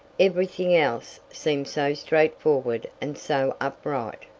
everything else seemed so straightforward and so upright!